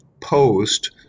post